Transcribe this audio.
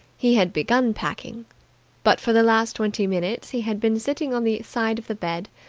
he had begun packing but for the last twenty minutes he had been sitting on the side of the bed,